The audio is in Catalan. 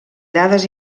dades